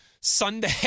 sunday